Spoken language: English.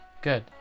good